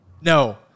no